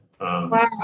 Wow